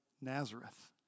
Nazareth